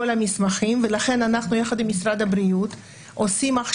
המסמכים ולכן אנחנו יחד עם משרד הבריאות עושים,